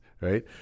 right